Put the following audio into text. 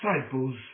disciples